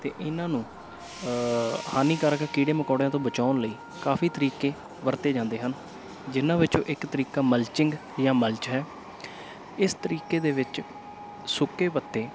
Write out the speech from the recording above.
ਅਤੇ ਇਹਨਾਂ ਨੂੰ ਹਾਨੀਕਾਰਕ ਕੀੜੇ ਮਕੌੜਿਆਂ ਤੋਂ ਬਚਾਉਣ ਲਈ ਕਾਫ਼ੀ ਤਰੀਕੇ ਵਰਤੇ ਜਾਂਦੇ ਹਨ ਜਿਨ੍ਹਾਂ ਵਿੱਚੋਂ ਇੱਕ ਤਰੀਕਾ ਮਲਚਿੰਗ ਜਾਂ ਮਲਚ ਹੈ ਇਸ ਤਰੀਕੇ ਦੇ ਵਿੱਚ ਸੁੱਕੇ ਪੱਤੇ